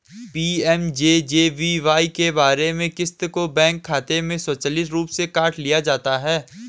PMJJBY में बीमा क़िस्त को बैंक खाते से स्वचालित रूप से काट लिया जाता है